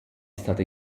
stata